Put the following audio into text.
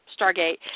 Stargate